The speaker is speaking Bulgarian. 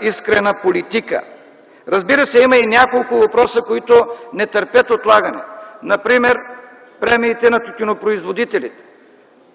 искрена политика. Разбира се, има и няколко въпроса, които не търпят отлагане. Например премиите на тютюнопроизводителите.